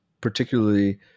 particularly